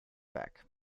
back